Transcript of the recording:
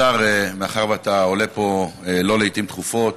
אדוני השר, מאחר שאתה עולה פה לא לעיתים תכופות,